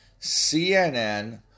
CNN